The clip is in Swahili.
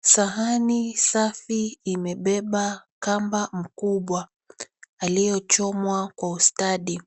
Sahani safi imebeba kamba mkubwa aliyechomwa kwa ustadi.